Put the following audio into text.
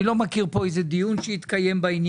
אני לא מכיר פה איזה שהוא דיון שהתקיים בעניין.